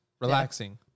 relaxing